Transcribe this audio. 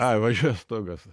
ai važiuoja stogas